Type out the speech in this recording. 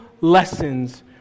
lessons